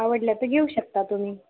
आवडलं तर घेऊ शकता तुम्ही